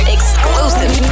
Exclusive